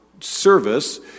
service